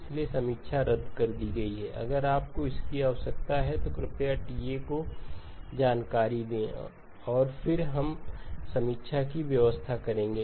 इसलिए समीक्षा रद्द कर दी गई है अगर आपको इसकी आवश्यकता है कृपया TA को जानकारी दें और फिर हम समीक्षा की व्यवस्था करेंगे